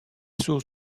source